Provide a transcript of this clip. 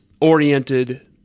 oriented